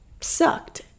sucked